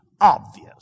obvious